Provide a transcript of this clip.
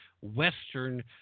Western